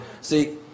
See